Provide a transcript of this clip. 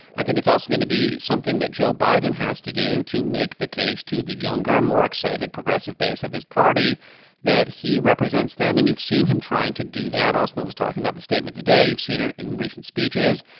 i think it's also going to be something that joe biden has to do to make the case to the younger, more excited progressive base of his party that he represents them. and you've seen him trying to do that. asma was talking about the statement today. you've seen it in recent speeches.